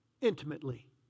intimately